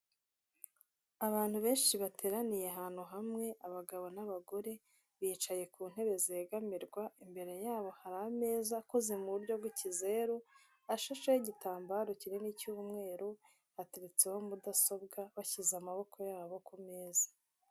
Abantu benshi bateraniye ahantu hamwe abagabo n'abagore bicaye ku ntebe zegamirwa, imbere yabo hari ameza akoze mu buryo bw'ikizeru ashasheho igitambaro kinini cy'umweru, haturutseho mudasobwa bashyize amaboko yabo ku meza.